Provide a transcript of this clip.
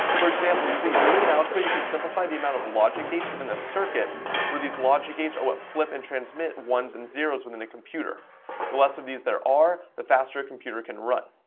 for example using boolean algebra you can simplify the amount of logic gates within a circuit where these logic gates are what flip and transmit ones and zeros within a computer the less of these there are the faster computer can run